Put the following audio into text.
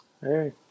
Hey